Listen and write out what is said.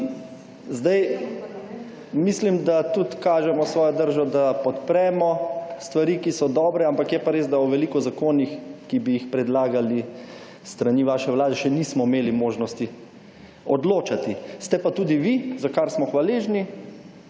Zdaj, mislim, da tudi kažemo svojo držo, da podpremo stvari, ki so dobre, ampak je pa res, da o veliko zakonih, ki bi jih predlagali s strani vaše vlade še nismo imeli možnosti odločati. Ste pa tudi vi, za kar smo hvaležni,